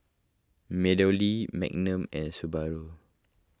MeadowLea Magnum and Subaru